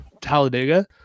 Talladega